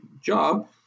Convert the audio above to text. job